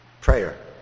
Prayer